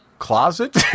closet